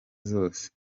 zose